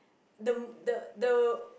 the the the